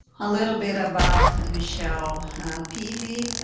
a little bit about michelle peavy.